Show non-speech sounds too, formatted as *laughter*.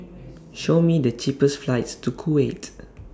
*noise* Show Me The cheapest flights to Kuwait